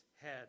head